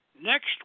next